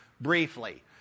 briefly